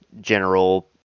general